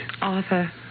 Arthur